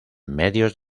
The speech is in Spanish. medios